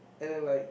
and then like